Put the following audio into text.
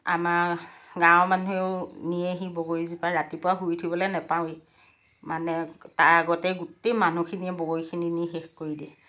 আমাৰ গাঁৱৰ মানুহেও নিয়েহি বগৰীজোপা ৰাতিপুৱা শুই উঠিবলৈ নেপাওঁৱে মানে তাৰ আগতে গোটেই মানুহখিনিয়ে বগৰীখিনি নি শেষ কৰি দিয়ে